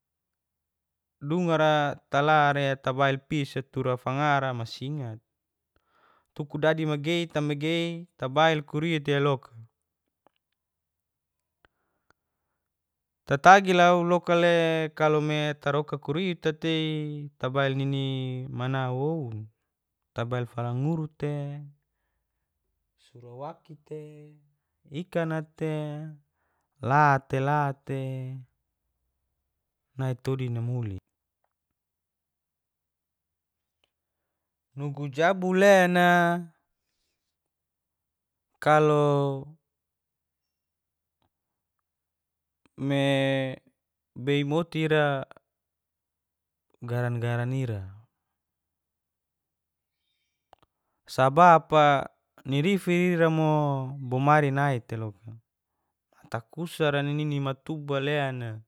dungar talare tabail pisa tura fangara msingat tuku dadi magei ta magei tabail kurita ialoka. Tatagi lau loka le kalome taroka kurita tei tabail nini mana woun, tabail falanguru te, surawaki te, ikana te, la te la te, nai todi namuli. Nugu jabul lena kalo me bei moti ira garan-garan ira sabap ni rifira ira mo bomari naiteloka matakusara nini matuba lena.